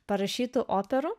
parašytų operų